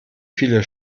viele